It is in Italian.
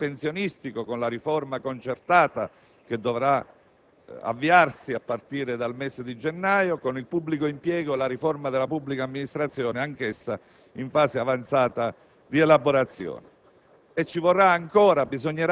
Lo faremo per il sistema pensionistico, con la riforma concertata che dovrà avviarsi a partire dal mese di gennaio, e per il pubblico impiego, con la riforma della pubblica amministrazione, anch'essa in fase avanzata di elaborazione.